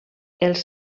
els